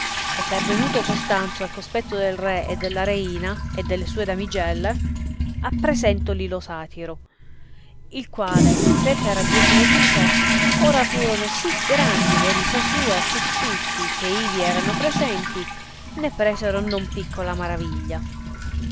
e pervenuto costanzo al cospetto del re e della reina e delle sue damigelle appresentoli lo satiro il quale se per a dietro rise ora furono sì grandi le risa sue che tutti che ivi erano presenti ne presero non picciola maraviglia